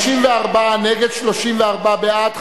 54 נגד, 34 בעד.